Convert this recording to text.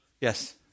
Yes